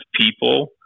people